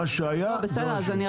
מה שהיה הוא שיהיה.